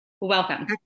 Welcome